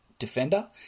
Defender